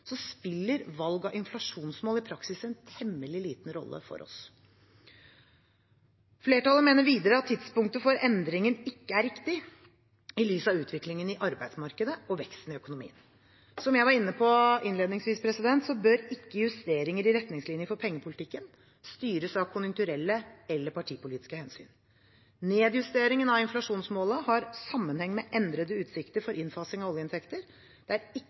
spiller valg av inflasjonsmål i praksis en temmelig liten rolle for oss. Flertallet mener videre at tidspunktet for endringen ikke er riktig i lys av utviklingen i arbeidsmarkedet og veksten i økonomien. Som jeg var inne på innledningsvis, bør ikke justeringer i retningslinjer for pengepolitikken styres av konjunkturelle eller partipolitiske hensyn. Nedjusteringen av inflasjonsmålet har sammenheng med endrede utsikter for innfasing av oljeinntekter.